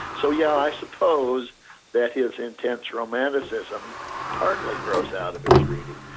so yeah i suppose that his intense romanticism partly grows out of his reading,